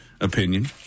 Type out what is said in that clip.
opinion